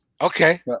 Okay